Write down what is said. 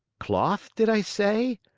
cloth, did i say?